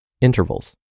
intervals